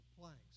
planks